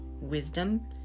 wisdom